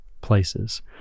places